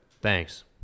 Thanks